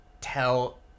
tell